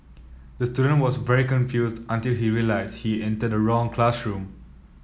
the student was very confused until he realised he entered the wrong classroom